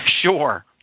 Sure